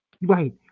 Right